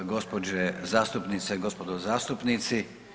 Gospođe zastupnice, gospodo zastupnici.